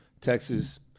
Texas